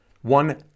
One